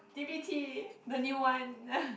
t_p Tea the new one